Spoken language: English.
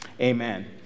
Amen